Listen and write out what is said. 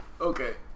Okay